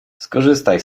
skorzystaj